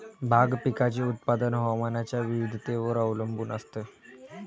भाग पिकाचे उत्पादन हवामानाच्या विविधतेवर अवलंबून असते